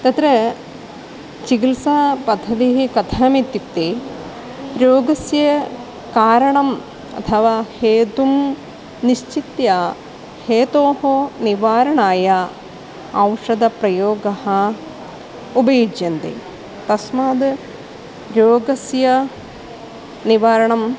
तत्र चिकित्सापद्धतिः कथमित्युक्ते रोगस्य कारणम् अथवा हेतुं निश्चित्य हेतोः निवारणाय औषधप्रयोगः उपयुज्यन्ते तस्मात् योगस्य निवारणं